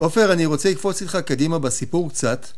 עופר, אני רוצה לקפוץ איתך קדימה בסיפור קצת